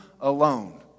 alone